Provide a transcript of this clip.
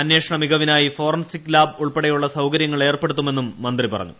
അന്വേഷണ മികവിനായി forensic lab ഉൾപ്പെടെയുള്ള സൌകര്യങ്ങൾ ഏർപ്പെടുത്തുമെന്നും മന്ത്രി പറഞ്ഞു